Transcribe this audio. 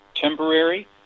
temporary